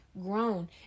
grown